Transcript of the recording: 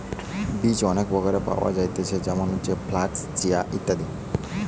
বীজ অনেক প্রকারের পাওয়া যায়তিছে যেমন ফ্লাক্স, চিয়া, ইত্যাদি